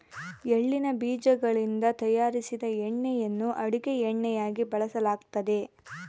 ಎಳ್ಳಿನ ಬೀಜಗಳಿಂದ ತಯಾರಿಸಿದ ಎಣ್ಣೆಯನ್ನು ಅಡುಗೆ ಎಣ್ಣೆಯಾಗಿ ಬಳಸಲಾಗ್ತತೆ